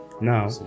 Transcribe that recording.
Now